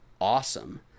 awesome